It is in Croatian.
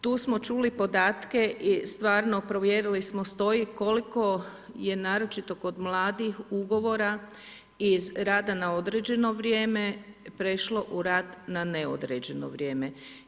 Tu smo čuli podatke i stvarno provjerili smo stoji, koliko je naročito kod mladih ugovora iz rada na određeno vrijeme prešlo u rad na neodređeno vrijeme.